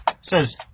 Says